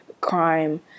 crime